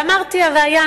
ואמרתי: הראיה,